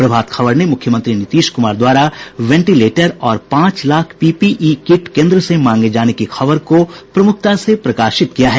प्रभात खबर ने मुख्यमंत्री नीतीश कुमार द्वारा वेंटिलेटर और पांच लाख पीपीई किट केंद्र से मांगे जाने की खबर को प्रमुखता से प्रकाशित किया है